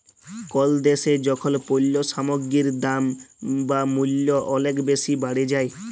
call দ্যাশে যখল পল্য সামগ্গির দাম বা মূল্য অলেক বেসি বাড়ে যায়